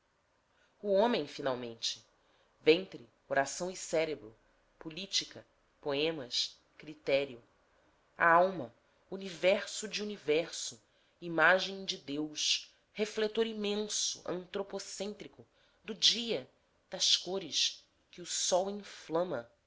o homem finalmente ventre coração e cérebro política poemas critério a alma universo de universo imagem de deus refletor imenso antropocêntrico do dia das cores que o sol inflama